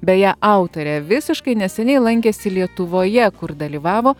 beje autorė visiškai neseniai lankėsi lietuvoje kur dalyvavo